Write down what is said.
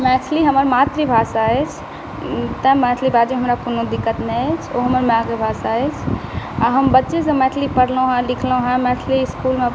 मैथिली हमर मातृभाषा अछि तेँ मैथिली बाजैमे हमरा कोनो दिक्कत नहि अछि ओ हमर माइके भाषा अछि आओर हम बच्चेसँ मैथिली पढ़लहुँ हँ लिखलहुँ हँ मैथिली इसकुलमे